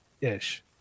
ish